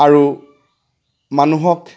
আৰু মানুহক